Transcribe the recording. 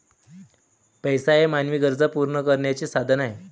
पैसा हे मानवी गरजा पूर्ण करण्याचे साधन आहे